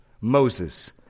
Moses